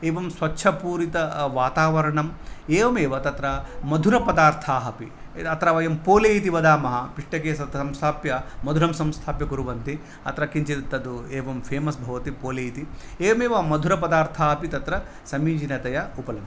एवं स्वच्छपूरितवातावरणम् एवमेव तत्र मधुरपदार्थाः अपि अत्र वयं पोलि इति वदामः पिष्टके अत्र संस्थाप्य मधुरं संस्थाप्य कुर्वन्ति अत्र किञ्चित् तद् एवं फेमस् भवति पोलि इति एवमेव मधुरपदार्थाः अपि तत्र समीचीनतया उपलभ्यन्ते